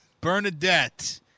Bernadette